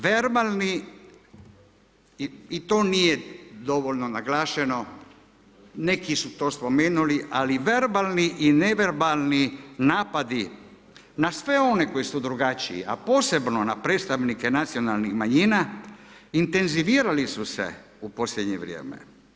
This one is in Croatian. Verbalni, i to nije dovoljno naglašeno, neki su to spomenuli, ali verbalni i neverbalni napadi na sve one koji su drugačiji, a posebno na predstavnike nacionalnih manjina intenzivirali su se u posljednje vrijeme.